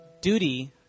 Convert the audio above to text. duty